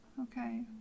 okay